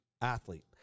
athlete